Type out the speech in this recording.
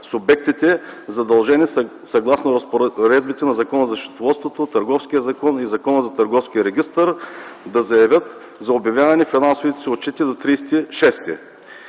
субектите, задължени съгласно разпоредбите на Закона за счетоводството, Търговския закон и Закона за Търговския регистър, да заявят за обявяване финансовите си отчети до 30